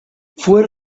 fue